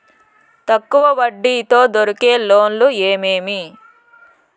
తక్కువ వడ్డీ తో దొరికే లోన్లు ఏమేమీ?